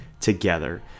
together